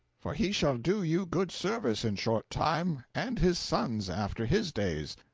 for he shall do you good service in short time, and his sons, after his days.